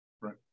Right